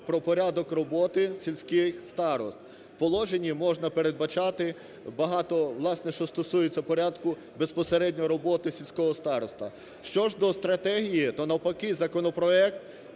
про порядок роботи сільських старост. У положенні можна передбачати багато, власне, що стосується порядку безпосередньо роботи сільського старости. Що ж до стратегії, то навпаки законопроект